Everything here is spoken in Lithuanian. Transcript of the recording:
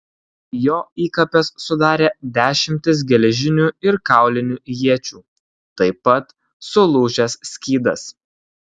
jo įkapes sudarė dešimtis geležinių ir kaulinių iečių taip pat sulūžęs skydas